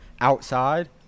outside